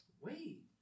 Wait